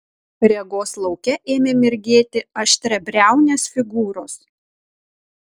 regos lauke ėmė mirgėti aštriabriaunės figūros